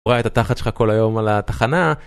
הוא ראה את התחת שלך כל היום על התחנה